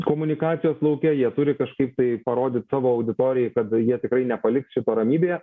komunikacijos lauke jie turi kažkaip tai parodyt savo auditorijai kad jie tikrai nepaliks šito ramybėje